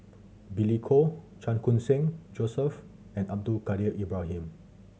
Billy Koh Chan Khun Sing Joseph and Abdul Kadir Ibrahim